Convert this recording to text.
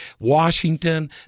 Washington